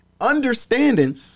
understanding